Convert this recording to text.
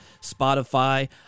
Spotify